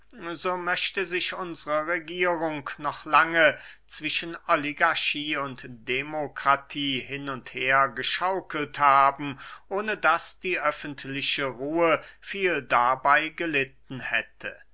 so möchte sich unsre regierung noch lange zwischen oligarchie und demokratie hin und her geschaukelt haben ohne daß die öffentliche ruhe viel dabey gelitten hätte